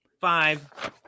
five